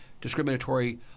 discriminatory